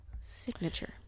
signature